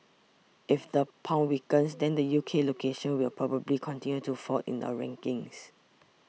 if the pound weakens then the U K locations will probably continue to fall in our rankings